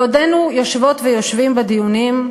בעודנו יושבות ויושבים בדיונים,